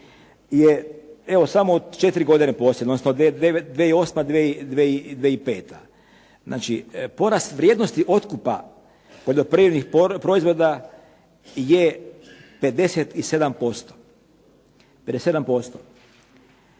je evo samo 4 godine posljednje. Odnosno 2008., 2005. Znači porast vrijednosti otkupa poljoprivrednih proizvoda je 57%,